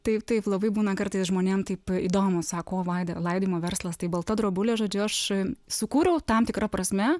taip taip labai būna kartais žmonėm taip įdomu sako o vaida laidojimo verslas tai balta drobulė žodžiu aš sukūriau tam tikra prasme